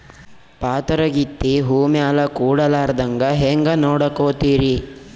ಪಾತರಗಿತ್ತಿ ಹೂ ಮ್ಯಾಲ ಕೂಡಲಾರ್ದಂಗ ಹೇಂಗ ನೋಡಕೋತಿರಿ?